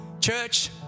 Church